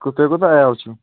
تُہۍ کوٗتاہ عیال چھُو